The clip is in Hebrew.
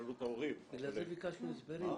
בגלל זה ביקשנו הסברים.